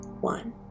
one